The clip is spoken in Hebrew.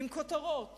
עם כותרות